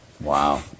wow